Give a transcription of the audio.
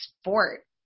sport